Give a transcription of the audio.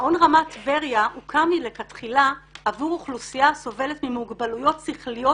מעון רמת טבריה הוקם מלכתחילה עבור אוכלוסייה הסובלת ממוגבלויות שכליות